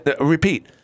Repeat